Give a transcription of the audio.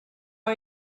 are